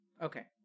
Okay